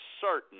certain